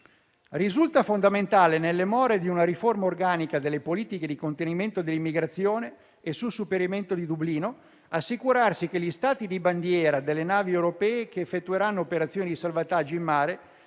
pertanto fondamentale, nelle more di una riforma organica delle politiche di contenimento dell'immigrazione e del superamento di Dublino, assicurarsi che gli Stati di bandiera delle navi europee che effettuano operazioni di salvataggio in mare,